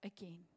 again